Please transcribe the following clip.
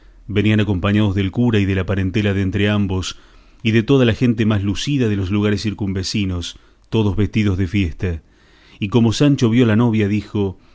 venían acompañados del cura y de la parentela de entrambos y de toda la gente más lucida de los lugares circunvecinos todos vestidos de fiesta y como sancho vio a la novia dijo